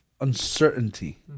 Uncertainty